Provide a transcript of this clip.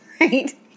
Right